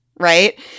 Right